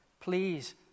please